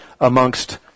amongst